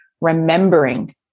remembering